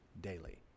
daily